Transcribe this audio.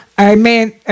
Amen